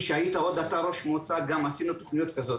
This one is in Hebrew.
כשאתה היית ראש מועצה, עשינו גם תכנית כזו.